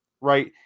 right